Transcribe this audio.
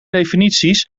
definities